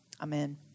Amen